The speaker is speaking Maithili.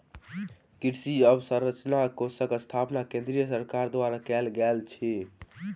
कृषि अवसंरचना कोषक स्थापना केंद्रीय सरकार द्वारा कयल गेल अछि